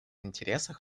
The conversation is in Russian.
интересах